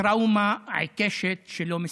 טראומה עיקשת שלא מסתיימת.